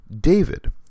David